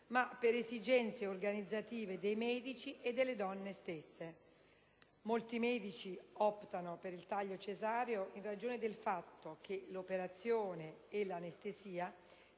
ma per esigenze organizzative dei medici e delle stesse donne. Molti medici optano per il taglio cesareo in ragione del fatto che l'operazione e l'anestesia